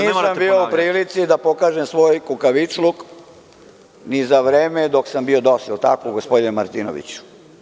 Ja nisam bio u prilici da pokažem svoj kukavičluk ni za vreme dok sam bio u DOS-u, jel tako gospodine Martinoviću?